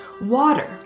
Water